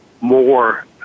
more –